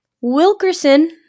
Wilkerson-